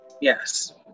Yes